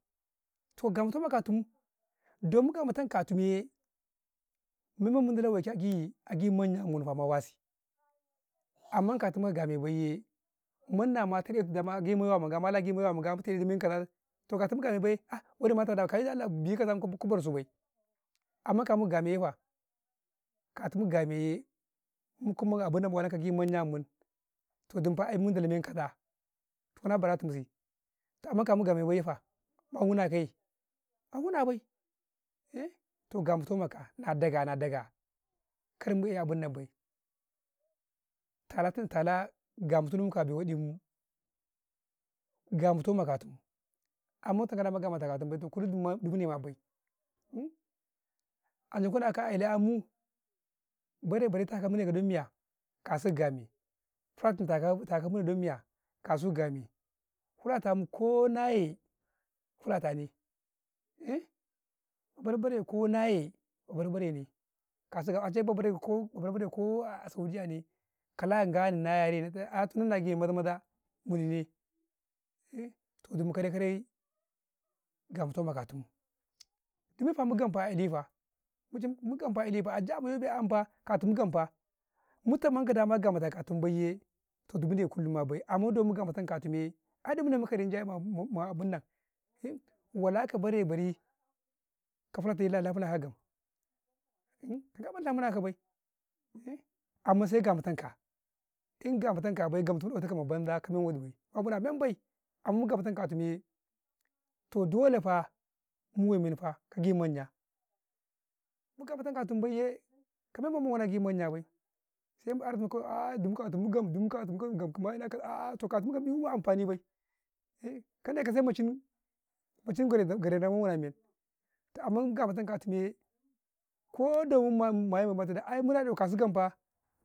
Tog ga mato na ka tum, dun mu gama tam katum yee, men mendi munda lau agi manya ma mum ma wasii, amman katum ka ga may bay yee faa, man nawa tume su agi manya ma ga, a gii manya ma ga, malagi manya maga, fata wadi men kaza toh katu ma ka ga may bay, oh wadi ma ta, makai da hallah, bi kaza ii barsu bay, amman ka muu ka ga may yee fa, katu mu kaga may yee, mu ku man abunan gi manya ma mun yee, mun da lau men kaza yee, sala bara tunsi, toh amman ka mu ka ga man yee fa, ma wuna ka yee, mawuna bay, eh toh ga matu nau maw ka, na da ga, na daga, kar mu eh abun nan bay, tala ga ma tum mu ka abii wadi ga ma mato nu ka katum, amma ma ga matu ma ka tum bayy, toh kullum du mune abayy, ancai ku na kau a kyale mu bare-bari ta ka tu me na miyaa? ka su ka game, fulata ko na yee fulata ne, babar-bare ko na yee babar-bare ne, ancai babar-bare ka'a saudiyya ne, kala gan ni 'ina ya re Nni, nagi maza-maza mini ne toh gidi karai-karai ga ma tu nu ka kaatum do muu fa gam faa, bayali, fa, ajiha mujam mu gamfa bayyali fa, jiha ma tobe eh fa katu mu gamfaa, mu taman da maga mata katum taman da maga mata katum bay yee, toh mune kullum na bay, amma do muga matu ka tum yee, ai dumu ne ka rinja yee, ma; ma abunnan wala ka bare-bari, ka fulata, lana fune mu a gam gaman na muna ka bay, amman sai ga ma ton ka, in ga ma tun ka bayy, gam tunuu ma banza ma wuna mamm bay, amman ga matun katun yee, toh dole faa, mune men fa kagi manya, ma ga matun katum bayee, kamen mendi ma wuna kagi manya bay, sai mu 'yaramtu. a'ah ma ina amfani bay men mu ci waram muu, amman ga matun ka tum yee, ko dawi mane man kau ayy da muna eh ka su gam faa.